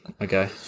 Okay